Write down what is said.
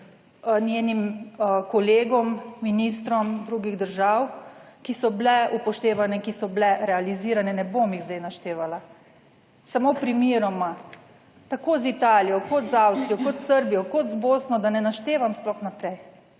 njenim kolegom, ministrom drugih držav, ki so bile upoštevane, ki so bile realizirane. Ne bom jih zdaj naštevala samo primeroma, tako z Italijo, kot z Avstrijo, kot Srbijo, kot z Bosno, da ne naštevam sploh naprej.